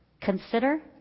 Consider